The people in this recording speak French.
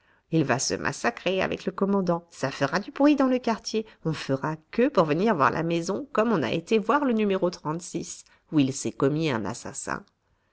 il va se massacrer avec le commandant ça fera du bruit dans le quartier on fera queue pour venir voir la maison comme on a été voir le n où il s'est commis un assassin